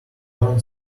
learn